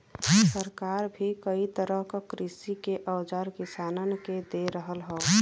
सरकार भी कई तरह क कृषि के औजार किसानन के दे रहल हौ